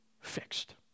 fixed